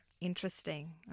interesting